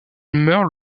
meurt